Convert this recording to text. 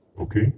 Okay